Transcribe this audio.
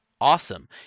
awesome